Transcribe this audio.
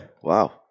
Wow